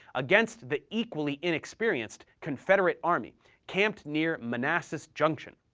against the equally inexperienced confederate army camped near manassas junction.